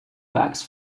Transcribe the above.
bags